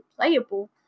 playable